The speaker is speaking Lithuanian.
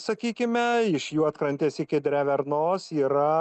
sakykime iš juodkrantės iki drevernos yra